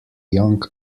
young